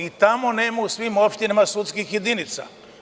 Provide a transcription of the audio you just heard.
I tamo nema u svim opštinama sudskih jedinica.